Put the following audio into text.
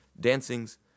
dancings